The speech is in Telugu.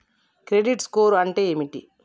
క్రెడిట్ స్కోర్ అంటే ఏమిటి?